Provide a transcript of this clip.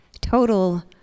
total